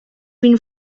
been